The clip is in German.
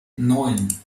neun